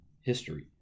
history